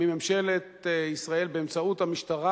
מממשלת ישראל באמצעות המשטרה,